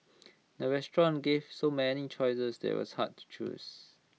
the restaurant gave so many choices that IT was hard to choose